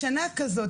בשנה כזאת,